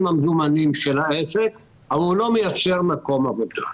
מזומנים אבל הוא לא מייצר מקומות עבודה.